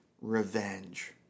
revenge